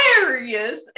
hilarious